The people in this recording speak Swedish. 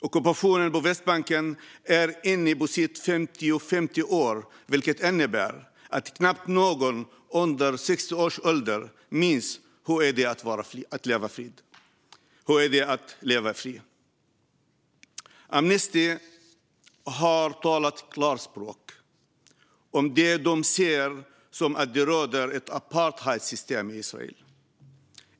Ockupationen på Västbanken är inne på sitt 55:e år. Det innebär att knappt någon under 60 års ålder minns hur det är att leva fritt, i frihet. Amnesty har talat klarspråk om det de ser: Det råder ett apartheidsystem i Israel.